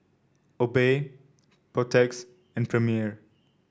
Obey Protex and Premier